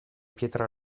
pietra